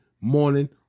morning